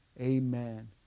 amen